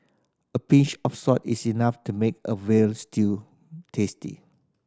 a pinch of salt is enough to make a veal stew tasty